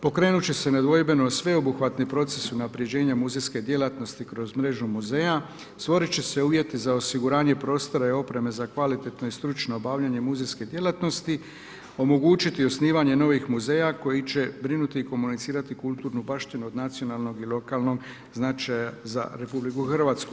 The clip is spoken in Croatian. Pokrenut će se nedvojbeno sveobuhvatni proces unapređenja muzejske djelatnosti kroz mrežu muzeja, stvorit će se uvjeti za osiguranje prostora i opreme za kvalitetno i stručno obavljanje muzejske djelatnosti, omogućiti osnivanje novih muzeja koji će brinuti i komunicirati kulturnu baštinu od nacionalnog i lokalnog značaja za RH.